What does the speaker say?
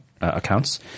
accounts